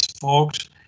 folks